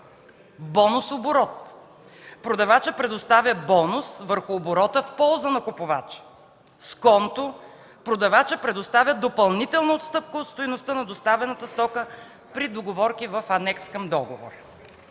бонус оборот – продавачът предоставя бонус върху оборота в полза на купувача; - сконто – продавачът предоставя допълнителна отстъпка от стойността на доставената стока при договорки в анекс към договор.